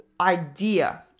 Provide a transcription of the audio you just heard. idea